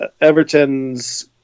Everton's